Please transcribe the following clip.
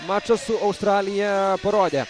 mačas su australija parodė